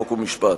חוק ומשפט.